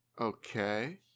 Okay